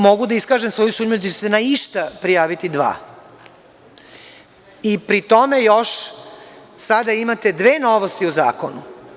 Mogu da iskažem svoju sumnju da će se na išta prijaviti dva i pri tome još sada imate dve novosti u zakonu.